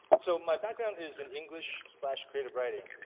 so my background is in english creative writing.